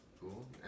cool